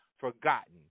forgotten